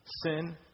sin